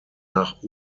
nach